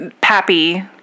Pappy